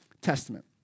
Testament